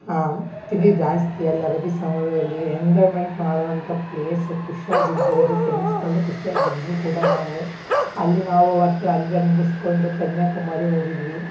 ಆಂ ತಿಂದಿದ್ದು ಜಾಸ್ತಿ ಅಲ್ಲಿ ಅರಬ್ಬೀ ಸಮುದ್ರದಲ್ಲಿ ಎಂಜಯ್ಮೆಂಟ್ ಮಾಡೋ ಅಂಥ ಪ್ಲೇಸು ಖುಷ್ಯಾಗಿ ಇರ್ಬೌದು ಫ್ರೆಂಡ್ಸ್ಗಳೆಲ್ಲ ಖುಷ್ಯಾಗಿ ಇದ್ದೆವು ಕೂಡ ನಾವು ಅಲ್ಲಿ ನಾವು ಮತ್ತು ಅಲ್ಲಿ ಅದು ಮುಗಿಸ್ಕೊಂಡು ಕನ್ಯಾಕುಮಾರಿ ಹೋಗಿದ್ವಿ